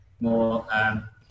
More